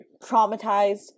traumatized